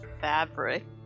fabric